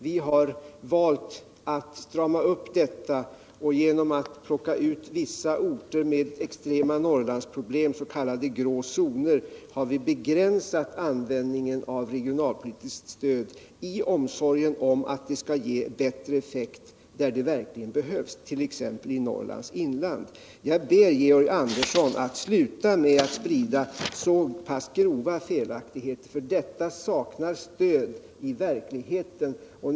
Vi har valt att strama upp den politiken, och genom att plocka ut vissa orter med extrema Norrlandsproblem — s.k. grå zoner — har vi begränsat användningen av regionalpolitiskt stöd i omsorgen om att det skall ge bättre effekt där det verkligen behövs, t.ex. i Norrlands inland. Jag ber Georg Anderssor att sluta med att sprida så grova felaktigheter, för detta påstående saknar stöd i verkligheten.